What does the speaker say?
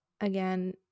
again